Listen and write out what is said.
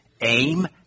aim